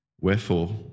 Wherefore